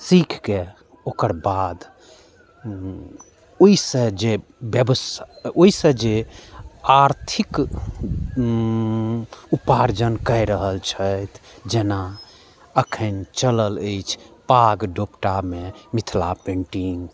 सीखके ओकर बाद ओहिसँ जे व्यवसा ओहिसँ जे आर्थिक उपार्जन कए रहल छथि जेना एखन चलल अछि पाग दोपटामे मिथिला पेन्टिंग